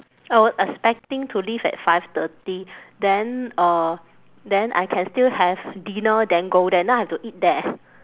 I was expecting to leave at five thirty then uh then I can still have dinner then go there now I have to eat there